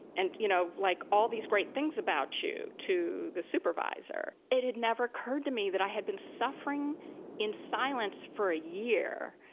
and you know, like all these great things about you to the supervisor, it had never occurred to me that i had been suffering in silence for a year,